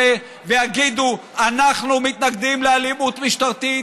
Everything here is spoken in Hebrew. ויגידו: אנחנו מתנגדים לאלימות משטרתית,